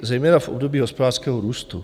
Zejména v období hospodářského růstu.